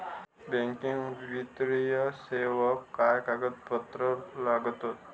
Banking वित्तीय सेवाक काय कागदपत्र लागतत?